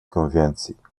конвенций